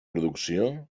producció